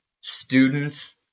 students